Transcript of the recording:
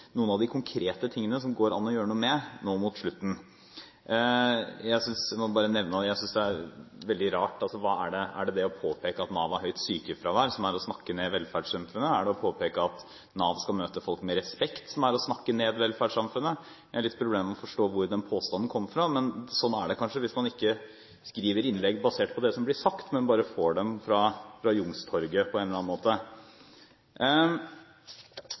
noen av de konkrete tingene som det går an å gjøre noe med, nå mot slutten. Jeg må bare nevne noe som jeg synes er veldig rart. Er det det å påpeke at Nav har høyt sykefravær, som er å snakke ned velferdssamfunnet? Er det det å påpeke at Nav skal møte folk med respekt, som er å snakke ned velferdssamfunnet? Jeg har litt problemer med å forstå hvor den påstanden kom fra. Men sånn er det kanskje hvis man ikke skriver innlegg basert på det som blir sagt, men bare får dem fra Youngstorget på en eller annen måte.